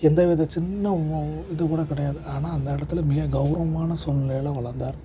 எந்தவித சின்ன இதுகூட கிடையாது ஆனால் அந்த இடத்துல மிக கௌரவமான சூழ்நிலையில வளர்ந்தாரு